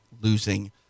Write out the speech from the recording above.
losing